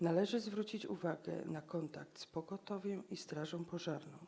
Należy zwrócić uwagę na kontakt z pogotowiem i strażą pożarną.